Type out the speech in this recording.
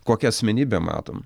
kokią asmenybę matom